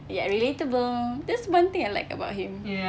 ya relatable that's one thing I like about him